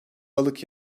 balık